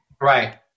Right